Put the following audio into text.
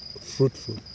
fruitful